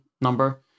number